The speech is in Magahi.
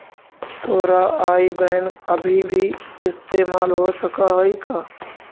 तोरा आई बैन अभी भी इस्तेमाल हो सकऽ हई का?